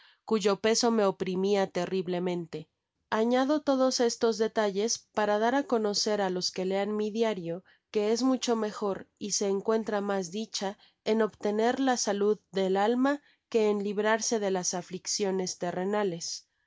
cuyo peso me oprimia terriblemente añado todos estos detalles para dar á conocer á los que lean mi diario que es mucho mejor y se encuentra mas dicha en obtener la salud del alma que en librase de las aflicciones terrenales